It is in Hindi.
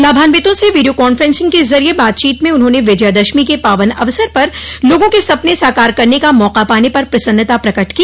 लाभान्वितों से वीडियो काफ्रेंस के जरिए बातचीत में उन्होंने विजयदशमी के पावन अवसर पर लोगों के सपने साकार करने का मौका पाने पर प्रसन्नता प्रकट की